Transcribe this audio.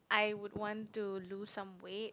I would want to lose some weight